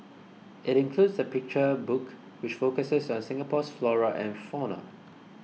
it includes a picture book which focuses on Singapore's flora and fauna